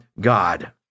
God